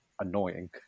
annoying